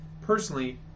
Personally